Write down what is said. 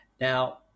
now